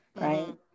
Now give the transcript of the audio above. right